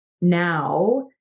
Now